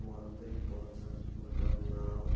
بہٕ وَنہو تۄہہِ پانٛژن مُلکن ہُنٛد ناو